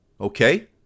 okay